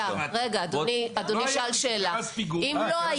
רתום אז הוא היה